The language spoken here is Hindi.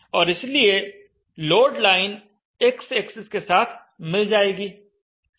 और इसलिए लोड लाइन x एक्सिस के साथ मिल जाएगी